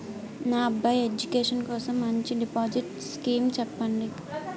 నా అబ్బాయి ఎడ్యుకేషన్ కోసం మంచి డిపాజిట్ స్కీం చెప్పండి